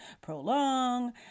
prolong